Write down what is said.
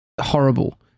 Horrible